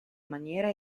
maniera